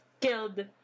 killed